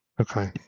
Okay